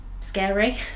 scary